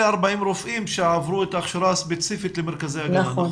רופאים שעברו את ההכשרה הספציפית למרכזי ההגנה?